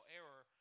error